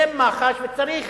זה מח"ש, וצריך